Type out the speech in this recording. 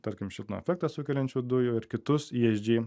tarkim šiltnamio efektą sukeliančių dujų ir kitus i eidž dy